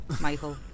Michael